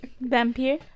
Vampire